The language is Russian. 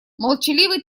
молчаливый